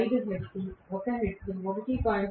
5 hertz 1 hertz 1